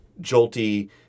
jolty